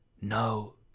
No